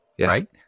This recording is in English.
Right